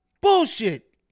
Bullshit